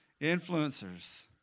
Influencers